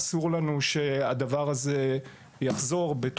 אסור לנו שהדבר הזה יחזור על עצמו גם